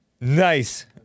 Nice